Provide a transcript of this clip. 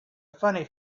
funny